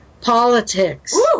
politics